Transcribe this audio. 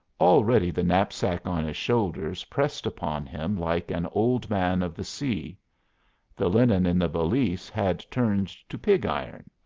already the knapsack on his shoulders pressed upon him like an old man of the sea the linen in the valise had turned to pig iron,